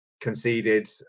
conceded